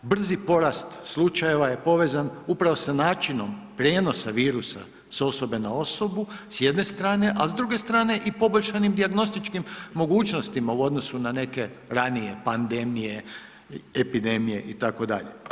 Brzi porast slučajeva je povezan upravo sa načinom prijenosa virusa s osobe na osobu s jedne strane, a s druge strane i poboljšanim dijagnostičkim mogućnostima u odnosu na neke ranije pandemije, epidemije, itd.